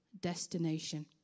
destination